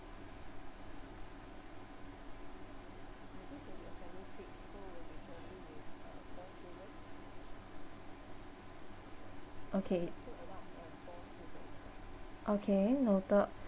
okay okay noted